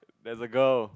there's a girl